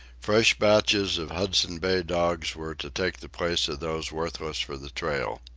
fresh batches of hudson bay dogs were to take the places of those worthless for the trail.